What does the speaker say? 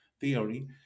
theory